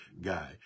guy